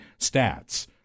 stats